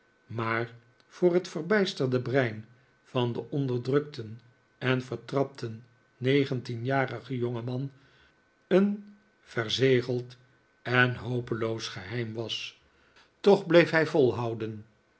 maar voor het verbijsterde brein van den onderdrukten en vertrapten negentienjarigen jongeman een verzegeld en hopeloos geheim was toch bleef hij volhouden